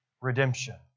redemption